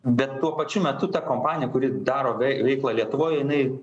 bet tuo pačiu metu ta kompanija kuri daro veiklą lietuvoj jinai